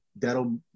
That'll